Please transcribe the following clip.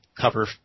cover